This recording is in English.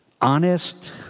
honest